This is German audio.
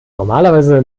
normalerweise